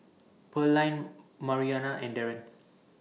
Pearline Marianita and Darren